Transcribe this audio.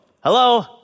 Hello